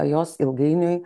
jos ilgainiui